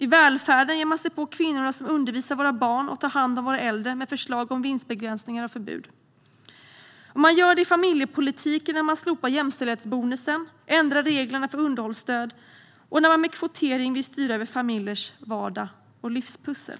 I välfärden ger man sig på kvinnorna som undervisar våra barn och tar hand om våra äldre med förslag om vinstbegränsningar och förbud. Man gör det i familjepolitiken när man slopar jämställdhetsbonusen, ändrar reglerna för underhållsstöd och när man med kvotering vill styra över familjers vardag och livspussel.